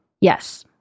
Yes